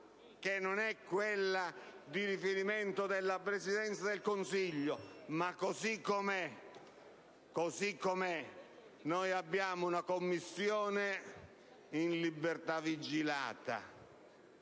che non è quella di riferimento della Presidenza del Consiglio: ma, così com'è, abbiamo una Commissione in libertà vigilata,